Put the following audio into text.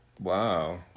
wow